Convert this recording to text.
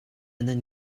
nan